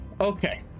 Okay